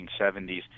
1970s